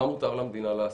מה מותר למדינה לעשות?